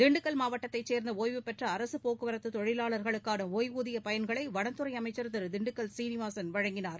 திண்டுக்கல் மாவட்டத்தைச் சேர்ந்த ஒய்வுபெற்ற அரசுப் போக்குவரத்து தொழிலாளா்களுக்கான ஒய்வூதிய பயன்களை வனத்துறை அமைச்சர் திரு திண்டுக்கல் சீனிவாசன் வழங்கினார்